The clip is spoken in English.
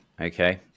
okay